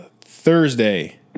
Thursday